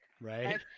Right